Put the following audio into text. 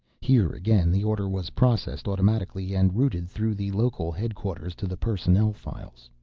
here again, the order was processed automatically and routed through the local headquarters to the personnel files.